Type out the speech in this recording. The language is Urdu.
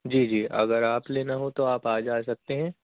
جی جی اگر آپ لینا ہو تو آپ آج آ سکتے ہیں